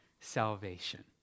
salvation